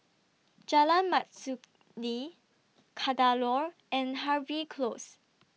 Jalan Mastuli Kadaloor and Harvey Close